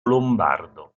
lombardo